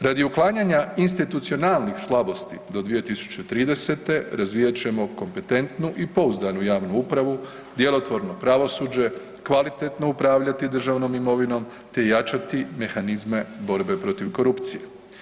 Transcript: Radi uklanjanja institucionalnih slabosti, do 2030. razvijat ćemo kompetentnu i pouzdanu javnu upravu, djelotvorno pravosuđe, kvalitetno upravljati državnom imovinom te jačati mehanizme borbe protiv korupcije.